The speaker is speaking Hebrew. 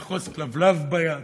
לאחוז כלבלב ביד,